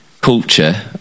culture